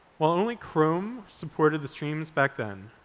while only chrome supported the streams back then,